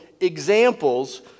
examples